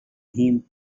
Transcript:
him